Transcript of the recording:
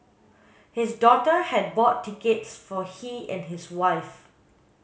his daughter had bought tickets for he and his wife